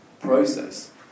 process